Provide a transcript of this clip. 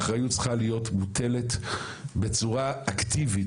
האחריות צריכה להיות מוטלת בצורה אקטיבית,